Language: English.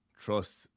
trust